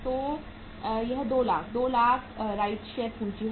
तो यह 2 लाख रु 200000 राइट शेयर पूंजी है